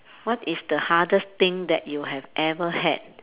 what is the hardest thing that you have ever had